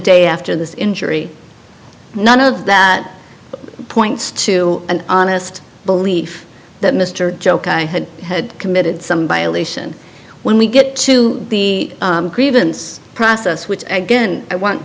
day after this injury none of that points to an honest belief that mr joke i had had committed some by a lesion when we get to the grievance process which again i want